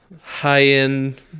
high-end